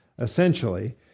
essentially